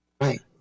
Right